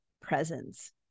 presence